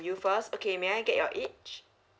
you first okay may I get your age